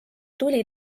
tuli